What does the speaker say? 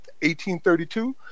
1832